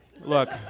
Look